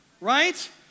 right